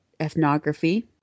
ethnography